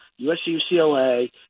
USC-UCLA